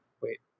Wait